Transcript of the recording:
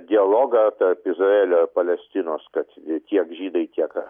dialogą tarp izraelio ir palestinos kad tiek žydai tiek